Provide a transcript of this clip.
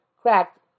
cracked